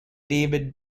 david